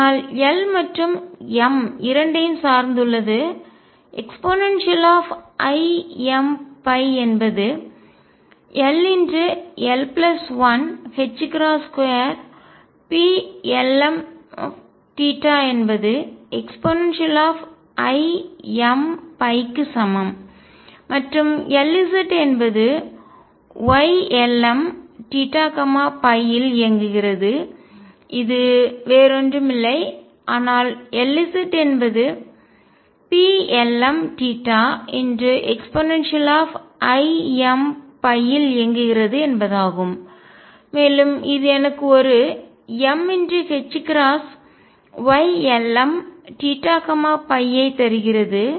ஆனால் L மற்றும் m இரண்டையும் சார்ந்துள்ளது eimϕ என்பது l l 1 2Plmθ என்பது eimϕக்கு சமம் மற்றும் Lz என்பது Ylmθϕ இல் இயங்குகிறது இது வேறு ஒன்றுமில்லை ஆனால் Lz என்பது Plmθ eimϕ இல் இயங்குகிறது என்பதாகும் மேலும் இது எனக்கு ஒரு mℏYlmθϕஐ தருகிறது